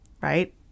right